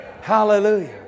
Hallelujah